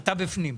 אתה בפנים.